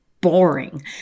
boring